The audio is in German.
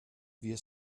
wir